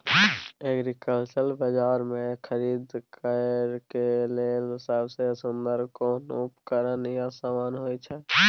Agriculture बाजार में खरीद करे के लेल सबसे सुन्दर कोन उपकरण या समान होय छै?